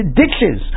ditches